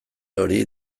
hori